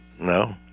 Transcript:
no